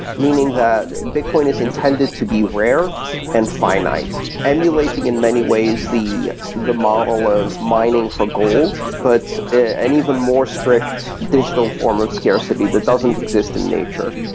meaning that bitcoin is intended to be rare and finite, emulating in many ways the the model of mining for gold, but an even more strict digital form of scarcity that doesn't exist in nature,